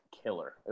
killer